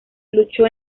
luchó